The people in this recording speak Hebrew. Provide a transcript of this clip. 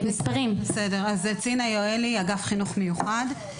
מספרים.) אני באגף חינוך מיוחד.